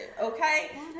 Okay